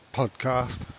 podcast